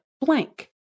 blank